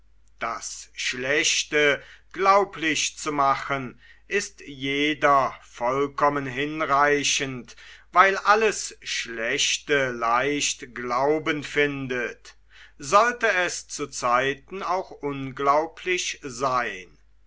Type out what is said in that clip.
das schlechte glaublich zu machen ist jeder vollkommen hinreichend weil alles schlechte leicht glauben findet sollte es zu zeiten auch unglaublich seyn